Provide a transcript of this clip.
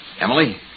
Emily